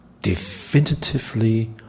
Definitively